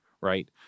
right